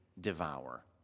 devour